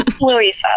Louisa